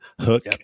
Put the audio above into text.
Hook